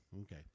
Okay